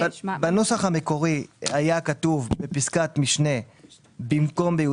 בנוסח המקורי היה כתוב בפסקת משנה (א),